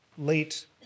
late